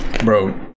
Bro